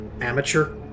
Amateur